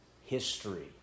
history